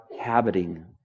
habiting